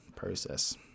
process